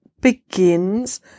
begins